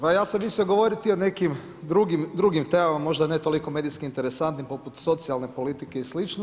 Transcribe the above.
Pa ja sam mislio govoriti o nekim drugim temama, možda ne toliko medijski interesantnim poput socijalne politike i slično.